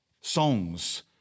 songs